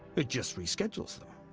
it just reschedules them.